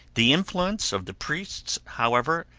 the influence of the priests, however,